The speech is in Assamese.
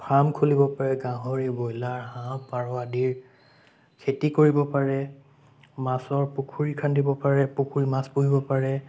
ফাৰ্ম খুলিব পাৰে গাহৰি ব্ৰইলাৰ হাঁহ পাৰ আদিৰ খেতি কৰিব পাৰে মাছৰ পুখুৰী খান্দিব পাৰে পুখুৰীত মাছ পোহিব পাৰে